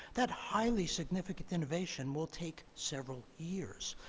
that highly significant innovation will take several years.